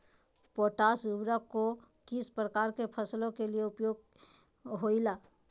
Potash उर्वरक को किस प्रकार के फसलों के लिए उपयोग होईला?